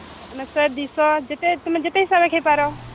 ଯେତେ ହିସାବରେ ଖାଇପାର